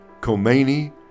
Khomeini